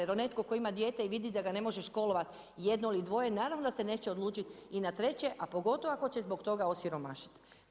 Jer netko tko ima dijete i vidi da ga ne može školovat, jedno ili dvoje, naravno da se neće odlučiti i na treće, a pogotovo ako će zbog toga osiromašiti.